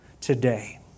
today